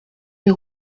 est